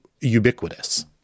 ubiquitous